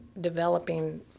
developing